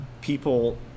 people